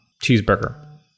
cheeseburger